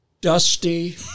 Dusty